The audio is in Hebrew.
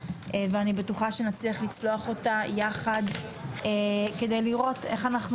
ואני בטוחה שנצליח לצלוח אותה יחד כדי לראות איך אנחנו